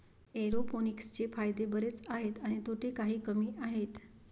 एरोपोनिक्सचे फायदे बरेच आहेत आणि तोटे काही कमी आहेत